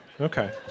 okay